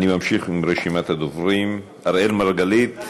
אני ממשיך עם רשימת הדוברים: אראל מרגלית?